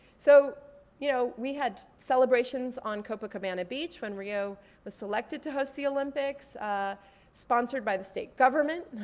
so you know we had celebrations on copacabana beach when rio was selected to host the olympics sponsored by the state government.